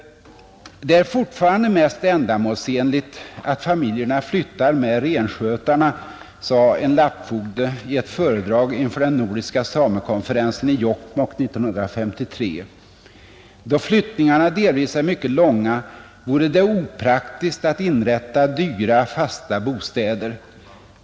”Det är fortfarande mest ändamålsenligt att familjerna flyttar med renskötarna”, sade en lappfogde i ett föredrag inför den nordiska samekonferensen i Jokkmokk 1953, ”Då flyttningarna delvis är mycket långa, vore det opraktiskt att inrätta dyra fasta bostäder.